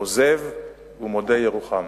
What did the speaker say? עוזב ומודה ירוחם.